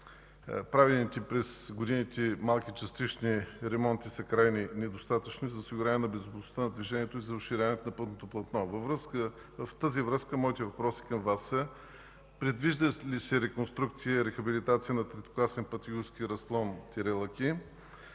правените през годините малки частични ремонти са крайно недостатъчни за осигуряването на безопасността на движението и за оширяването на пътното платно. В тази връзка моите въпроси към Вас са: предвижда ли се реконструкция и рехабилитация на третокласен път „Юговски разклон – Лъки”?